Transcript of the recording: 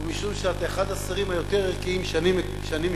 ומשום שאתה אחד השרים היותר ערכיים שאני מכיר,